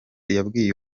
yabwiye